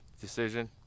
decision